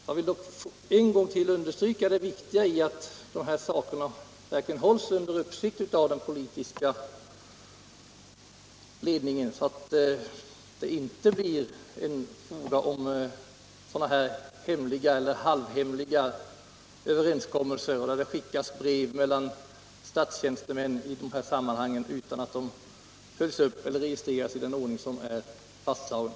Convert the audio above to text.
Jag vill dock än en gång understryka det viktiga i att dessa saker verkligen hålls under uppsikt av den politiska ledningen, så att det inte blir fråga om sådana här hemliga eller halvhemliga överenskommelser, där det skickas brev mellan statstjänstemän utan att de följs upp eller registreras i den ordning som är fastslagen.